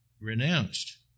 renounced